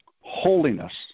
holiness